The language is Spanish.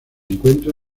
encuentra